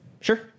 Sure